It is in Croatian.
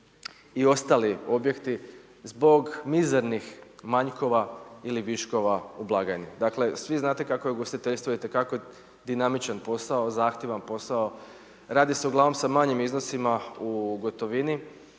i ostali objekti zbog mizernih manjkova ili viškova u blagajni. Dakle svi znate kako je ugostiteljstvo itekako dinamičan posao, zahtjevan posao, radi se uglavnom sa manjim iznosima u gotovini